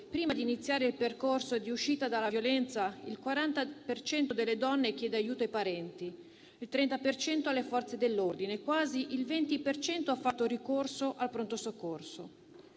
prima di iniziare il percorso di uscita dalla violenza, il 40 per cento delle donne chiede aiuto ai parenti, il 30 per cento alle Forze dell'ordine e quasi il 20 per cento ha fatto ricorso al pronto soccorso.